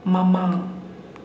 ꯃꯃꯥꯡ